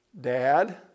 dad